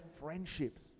friendships